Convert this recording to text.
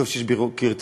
טוב שיש קריטריונים,